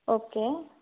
okay